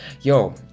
yo